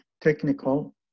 technical